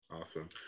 Awesome